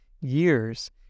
years